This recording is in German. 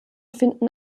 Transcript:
finden